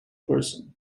person